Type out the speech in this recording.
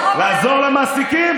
לעזור למעסיקים.